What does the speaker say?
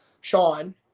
sean